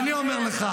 מיקי לוי, אני מבקשת.